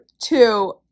two